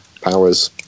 powers